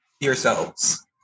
yourselves